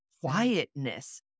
quietness